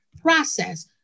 process